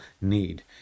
need